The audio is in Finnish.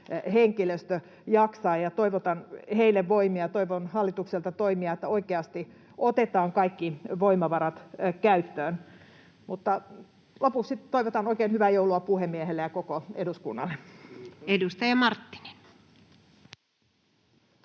henkilöstö jaksaa, ja toivotan heille voimia. Toivon hallitukselta toimia, että oikeasti otetaan kaikki voimavarat käyttöön. Lopuksi toivotan oikein hyvää joulua puhemiehelle ja koko eduskunnalle. [Speech